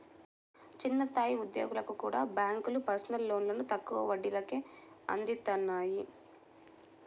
చిన్న స్థాయి ఉద్యోగులకు కూడా బ్యేంకులు పర్సనల్ లోన్లను తక్కువ వడ్డీ రేట్లకే అందిత్తన్నాయి